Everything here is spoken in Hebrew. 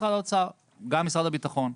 גם משרד הביטחון,